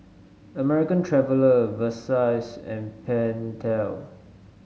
American Traveller Versace and Pentel